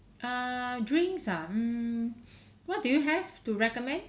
err drinks ah mm what do you have to recommend